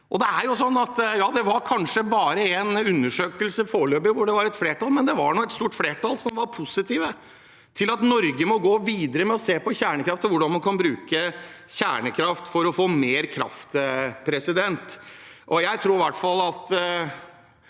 det var kanskje bare en undersøkelse – foreløpig – hvor det var et flertall, men det var nå et stort flertall som var positiv til at Norge må gå videre med å se på kjernekraft og hvordan man kan bruke kjernekraft for å få mer kraft. Jeg tror i hvert fall at